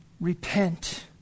repent